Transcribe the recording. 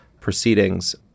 proceedings